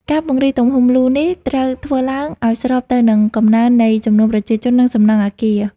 ការពង្រីកទំហំលូនេះ ត្រូវធ្វើឡើងឱ្យស្របទៅនឹងកំណើននៃចំនួនប្រជាជន និងសំណង់អគារ។